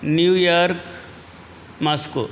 New York Moscow